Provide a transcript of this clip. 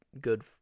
good